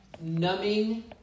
Numbing